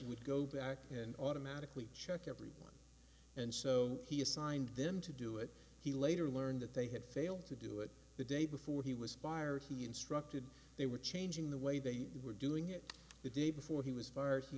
that would go back and automatically check everything and so he assigned them to do it he later learned that they had failed to do it the day before he was fired he instructed they were changing the way they were doing it the day before he was fired he